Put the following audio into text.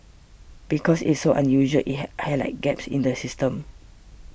because it's so unusual it high highlights gaps in the system